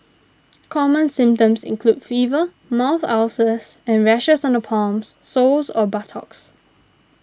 common symptoms include fever mouth ulcers and rashes on the palms soles or buttocks